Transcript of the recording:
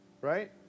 Right